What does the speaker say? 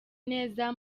neza